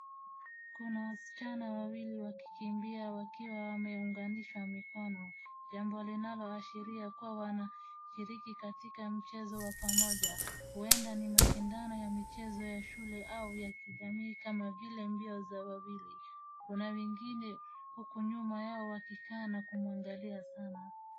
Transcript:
Kuna wasichana wawili wakikimbia wakiwa wameunganisha mikono, jambo linaloashiria kuwa wanashiriki katika mchezo wa pamoja. Huenda ni mashindano ya michezo ya shule au ya kijamii kama vile mbio za wawili. Kuna wengine huku nyuma yao wakikaa na kumwangalia sana.